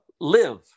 live